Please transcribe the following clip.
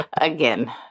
Again